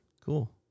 Cool